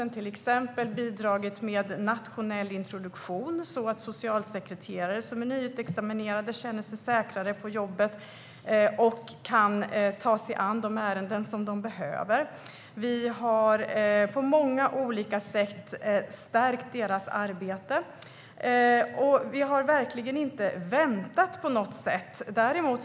Vi har till exempel bidragit med en nationell introduktion så att nyutexaminerade socialsekreterare känner sig säkrare på jobbet och kan ta sig an de ärenden de behöver. Vi har på många olika sätt stärkt socialtjänstens arbete, och vi har verkligen inte på något sätt väntat.